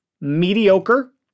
mediocre